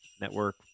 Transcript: network